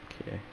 okay